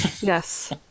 Yes